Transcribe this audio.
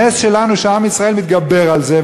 הנס שלנו שעם ישראל מתגבר על זה,